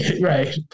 Right